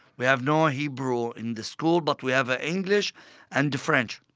we have no hebrew in the school, but we have ah english and french.